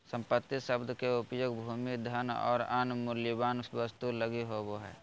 संपत्ति शब्द के उपयोग भूमि, धन और अन्य मूल्यवान वस्तु लगी होवे हइ